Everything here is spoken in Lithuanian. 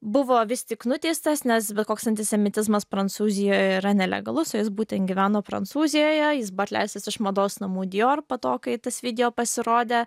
buvo vis tik nuteistas nes bet koks antisemitizmas prancūzijoje yra nelegalus o jis būten gyveno prancūzijoje jis buvo atleistas iš mados namų dijor po to kai tas video pasirodė